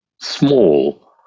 small